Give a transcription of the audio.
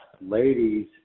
Ladies